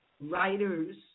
writers